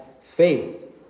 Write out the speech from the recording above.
faith